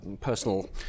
personal